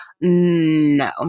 No